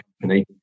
company